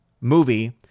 movie